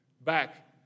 back